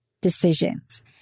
decisions